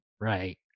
Right